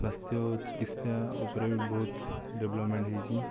ସ୍ୱାସ୍ଥ୍ୟ ଚିକିତ୍ସା ଉପରେ ବି ବହୁତ ଡେଭଲପମେଣ୍ଟ ହୋଇଛି